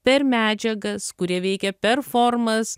per medžiagas kurie veikia per formas